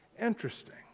Interesting